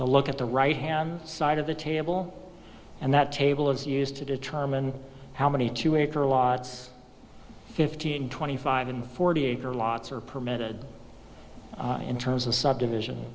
the look at the right hand side of the table and that table is used to determine how many two acre lots fifteen twenty five and forty acre lots are permitted in terms of subdivision